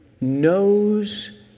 knows